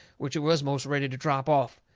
which it was most ready to drop off.